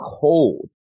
cold